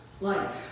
life